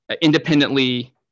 independently